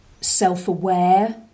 self-aware